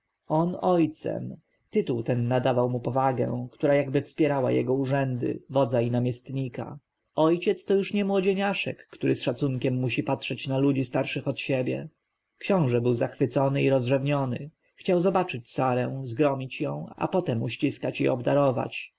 ojcem tytuł ten nadawał mu powagę która jakby wspierała jego urzędy wodza i namiestnika ojciec to już nie młodzieniaszek który z szacunkiem musi patrzeć na ludzi starszych od siebie książę był zachwycony i rozrzewniony chciał zobaczyć sarę zgromić ją a potem uściskać i obdarować